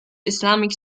islamic